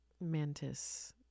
Mantis